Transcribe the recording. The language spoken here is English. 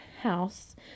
house